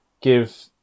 give